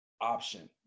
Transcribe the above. option